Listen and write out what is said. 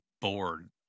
bored